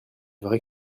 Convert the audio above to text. vrai